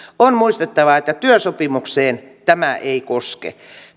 on muistettava että työsopimukseen tämä ei koske